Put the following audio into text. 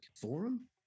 forum